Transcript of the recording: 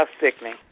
sickening